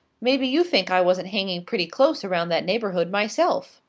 maybe you think i wasn't hanging pretty close around that neighbourhood, myself!